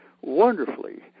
wonderfully